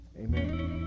amen